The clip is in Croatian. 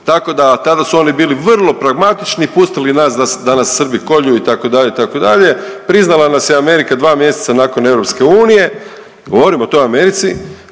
Tako da tada su oni bili vrlo pragmatični, pustili nas da nas Srbi kolju itd., itd., priznala nas je Amerika dva mjeseca nakon EU, govorim o toj Americi,